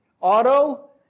auto